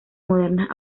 modernas